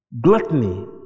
Gluttony